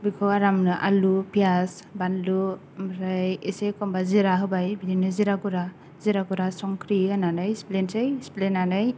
बेखौ आरामनो आलु पियास बानलु ओमफ्राय एसे एखमबा जिरा होबाय बिदिनो जिरागुरा संख्रि होनानै सिफ्लेसै सिफ्लेनानै